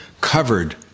covered